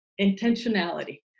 intentionality